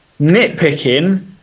Nitpicking